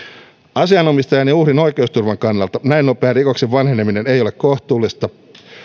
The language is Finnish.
asianomistajan ja uhrin oikeusturvan kannalta näin nopea rikoksen vanheneminen ei ole kohtuullista